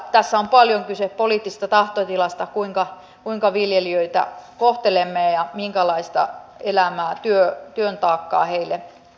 tässä on paljon kyse poliittisesta tahtotilasta kuinka viljelijöitä kohtelemme ja minkälaista elämää työn taakkaa heille annamme